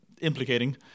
implicating